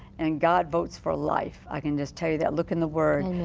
and god votes for life. i can just tell you that look in the word.